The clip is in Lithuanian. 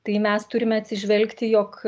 tai mes turime atsižvelgti jog